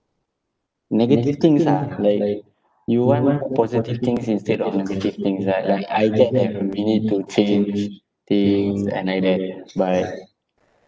negative things ah like you want positive things instead of negative things right like I get that we need to change things and like that but